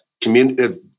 community